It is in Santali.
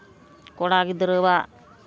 ᱠᱚᱲᱟ ᱜᱤᱫᱽᱨᱟᱹᱣᱟᱜ